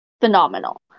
phenomenal